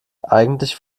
eigentlich